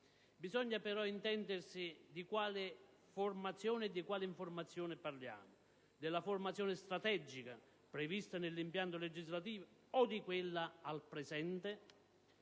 Bisogna però comprendere di quale informazione e formazione parliamo: della formazione strategica prevista nell'impianto legislativo o di quella al presente?